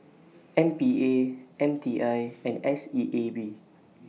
M P A M T I and S E A B